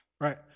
right